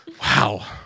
Wow